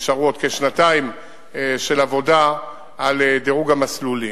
ונשארו עוד כשנתיים של עבודה על דירוג המסלולים.